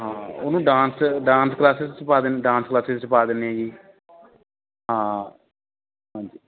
ਹਾਂ ਉਹਨੂੰ dance dance classes 'ਚ ਪਾ ਦਿੰਦੇ ਡਾਂਸ ਕਲਾਸਸ ਵਿੱਚ ਪਾ ਦਿੰਦੇ ਹਾਂ ਜੀ ਹਾਂ ਹਾਂਜੀ